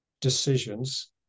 decisions